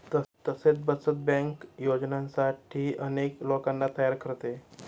तसेच बचत बँक योजनांसाठी अनेक लोकांना तयार करते